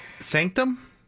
Sanctum